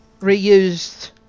reused